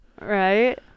Right